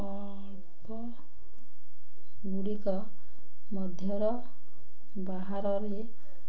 ଅଳ୍ପ ଗୁଡ଼ିକ ମଧ୍ୟର ବାହାରରେ